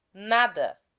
nada,